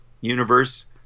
universe